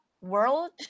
world